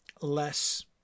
less